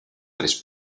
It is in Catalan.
tres